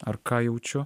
ar ką jaučiu